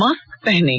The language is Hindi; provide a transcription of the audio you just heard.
मास्क पहनें